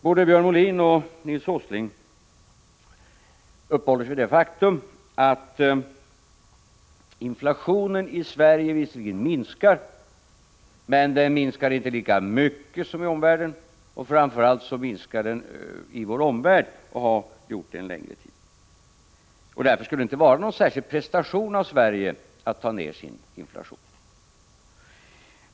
Både Björn Molin och Nils Åsling uppehöll sig vid det faktum att inflationen i Sverige visserligen minskar, men att den inte minskar lika mycket som i omvärlden, där den har minskat under en längre tid. Därför skulle det inte vara någon särskild prestation av Sverige att ta ned sin inflation.